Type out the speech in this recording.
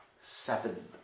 seven